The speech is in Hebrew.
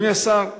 אדוני השר,